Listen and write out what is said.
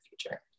future